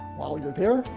while you're there,